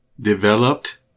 Developed